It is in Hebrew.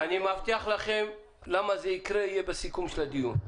למה --- אני מבטיח לכם שלמה זה יקרה זה יהיה בסיכום הדיון.